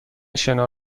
شنا